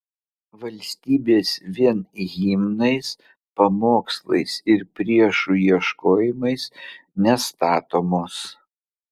valstybės vien himnais pamokslais ir priešų ieškojimais nestatomos